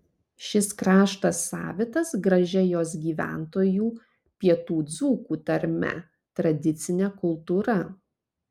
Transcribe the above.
šis kraštas savitas gražia jos gyventojų pietų dzūkų tarme tradicine kultūra